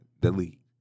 Delete